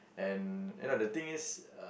and you know the thing is